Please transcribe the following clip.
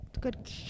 Good